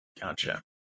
Gotcha